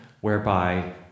whereby